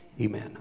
Amen